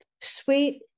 sweet